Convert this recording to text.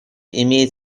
имеет